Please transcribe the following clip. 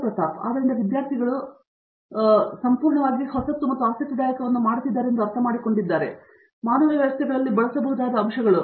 ಪ್ರತಾಪ್ ಹರಿಡೋಸ್ ಆದ್ದರಿಂದ ವಿದ್ಯಾರ್ಥಿಗಳು ಸಹ ನಿಮಗೆ ತಿಳಿದಿರುವ ವಿಷಯಕ್ಕೆ ಸಂಬಂಧಿಸಿದಂತೆ ಅವರು ಸಂಪೂರ್ಣವಾಗಿ ಹೊಸ ಮತ್ತು ಆಸಕ್ತಿದಾಯಕವಾದದನ್ನು ಮಾಡುತ್ತಿದ್ದಾರೆ ಎಂದು ಅರ್ಥಮಾಡಿಕೊಂಡಿದ್ದಾರೆ ಮಾನವ ವ್ಯವಸ್ಥೆಗಳಲ್ಲಿ ಬಳಸಬಹುದಾದ ಅಂಶಗಳು ಮತ್ತು ಹೀಗೆ